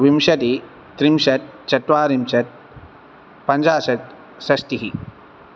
विंशतिः त्रिंशत् चत्वारिंशत् पञ्चाषट् षष्टिः